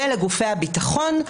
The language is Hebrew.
ולגופי הביטחון,